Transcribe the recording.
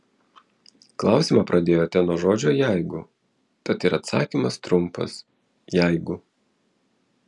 klausimą pradėjote nuo žodžio jeigu tad ir atsakymas trumpas jeigu